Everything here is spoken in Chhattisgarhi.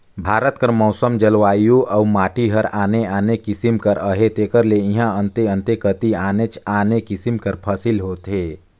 भारत कर मउसम, जलवायु अउ माटी हर आने आने किसिम कर अहे तेकर ले इहां अन्ते अन्ते कती आनेच आने किसिम कर फसिल होथे